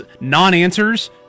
non-answers